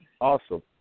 Awesome